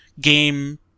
game